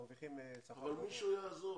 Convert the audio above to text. מרוויחים שכר גבוה --- אבל מישהו יעזוב.